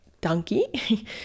donkey